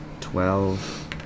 Twelve